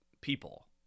people